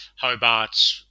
Hobart